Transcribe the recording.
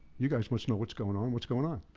you guys must know what's going on. what's going on?